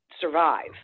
survive